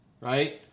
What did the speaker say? Right